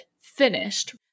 finished